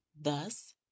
Thus